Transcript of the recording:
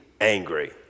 angry